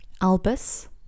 Albus